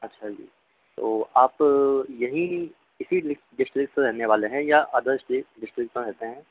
अच्छा जी तो आप यहीं इसी डिस्ट्रिक से रहने वाले हैं या अदर डिस्ट्रिक में रहते हैं